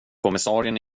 kommissarien